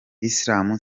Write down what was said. islam